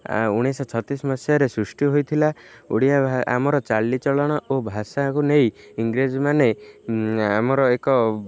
ଉଣେଇଶହ ଛତିଶ ମସିହାରେ ସୃଷ୍ଟି ହୋଇଥିଲା ଓଡ଼ିଆ ଆମର ଚାଲିଚଳନ ଓ ଭାଷାକୁ ନେଇ ଇଂରେଜମାନେ ଆମର ଏକ